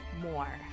more